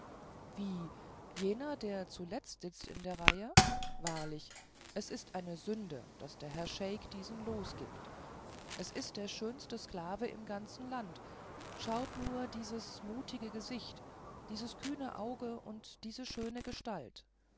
wie jener der zuletzt sitzt in der reihe wahrlich es ist eine sünde daß der herr scheik diesen losgibt es ist der schönste sklave im ganzen land schaut nur dieses mutige gesicht dieses kühne auge diese schöne gestalt